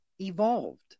evolved